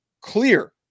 clear